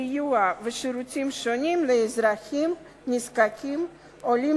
סיוע ושירותים שונים לאזרחים נזקקים עולים